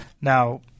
Now